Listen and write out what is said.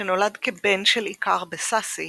שנולד כבן של איכר בסאסי,